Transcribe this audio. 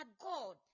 God